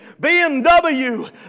BMW